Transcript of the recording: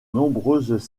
nombreuses